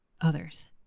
others